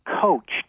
coached